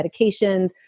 medications